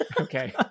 okay